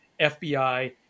FBI